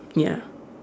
ya